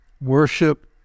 worship